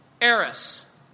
eris